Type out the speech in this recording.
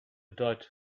diet